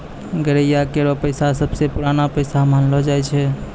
गड़ेरिया केरो पेशा सबसें पुरानो पेशा मानलो जाय छै